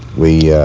we